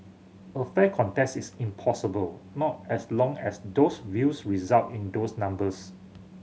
a fair contest is impossible not as long as those views result in those numbers